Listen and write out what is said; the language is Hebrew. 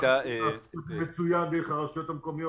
אנחנו יודעים לפעול מצוין דרך הרשויות המקומיות,